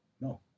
no